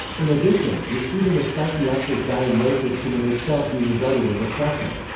in addition, receiving a psychiatric diagnosis can in itself be regarded as oppressive.